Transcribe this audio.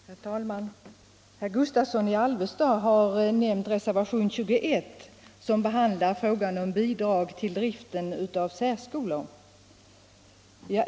Herr talman! Herr Gustavsson i Alvesta har nämnt reservationen 21, som behandlar frågan om bidrag till driften av särskolor.